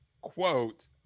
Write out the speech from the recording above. quote